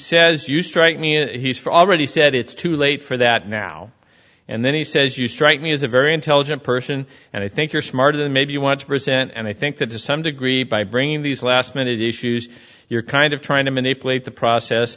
says you strike me he's for already said it's too late for that now and then he says you strike me as a very intelligent person and i think you're smarter than maybe you want to present and i think that to some degree by bringing these last minute issues you're kind of trying to manipulate the process